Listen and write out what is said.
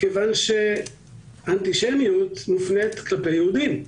כיוון שהאנטישמיות מופנית כלפי יהודים.